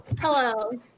Hello